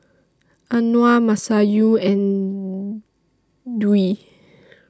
Anuar Masayu and Dwi